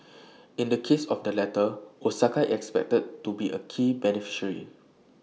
in the case of the latter Osaka expected to be A key beneficiary